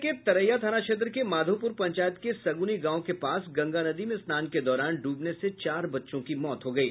सारण जिले के तरैया थाना क्षेत्र के माधोपुर पंचायत के सगुनी गांव के पास गंगा नदी में स्नान के दौरान डूबने से चार बच्चों की मौत हो गयी